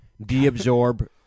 deabsorb